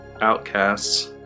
outcasts